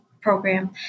program